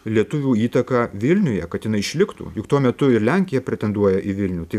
lietuvių įtaką vilniuje kad jinai išliktų juk tuo metu ir lenkija pretenduoja į vilnių tai